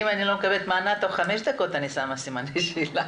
אם אני לא מקבלת מענה תוך חמש דקות אני שמה סימני שאלה.